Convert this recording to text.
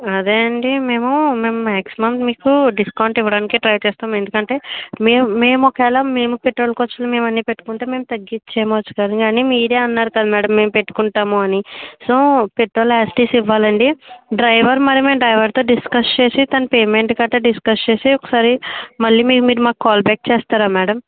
అదే అండి మేము మ్యామ్ నెక్స్ట్ మంత్ మీకు డిస్కౌంట్ ఇవ్వడానికే ట్రై చేస్తాం ఎందుకంటే మేమ్ మేము ఒకవేలా మేము పెట్రోల్ ఖర్చులు మేము అన్ని పెట్టుకుంటే మేము తగ్గిచ్చేమో కాదు గాని మీరే అన్నారు కదా మ్యాడం మేమే పెట్టుకుంటాము అని సో పెట్రోల్ యాసిటీస్ ఇవ్వాలండి డ్రైవర్ మరి మేము డ్రైవర్ తో డిస్కస్ చేసి తన పేమెంట్ గట్ట డిస్కస్ చేసి ఒకసారి మళ్ళి మీరు మాకు కాల్ బ్యాక్ చేస్తారా మ్యాడం